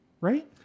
right